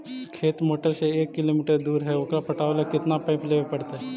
खेत मोटर से एक किलोमीटर दूर है ओकर पटाबे ल केतना पाइप लेबे पड़तै?